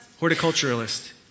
Horticulturalist